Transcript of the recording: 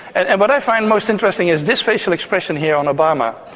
and and what i find most interesting is this facial expression here on obama,